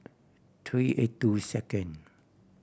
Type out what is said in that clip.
three eight two second